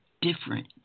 different